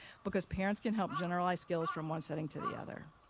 because parents can help generalize skills from one setting to the other.